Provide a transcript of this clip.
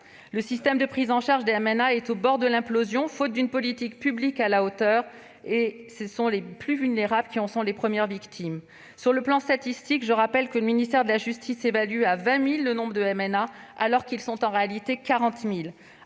Le système de prise en charge des MNA est au bord de l'implosion, faute d'une politique publique à la hauteur, et ce sont les plus vulnérables qui en sont les premières victimes. Sur le plan statistique, je rappelle que le ministère de la justice évalue à 20 000 le nombre de MNA, alors qu'ils sont en réalité 40 000.